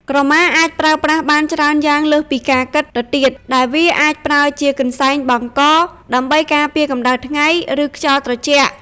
ក្រមាអាចប្រើប្រាស់បានច្រើនយ៉ាងលើសពីការគិតទៅទៀត ដែលវាអាចប្រើជា កន្សែងបង់ក ដើម្បីការពារកម្តៅថ្ងៃ ឬខ្យល់ត្រជាក់។